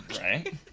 Right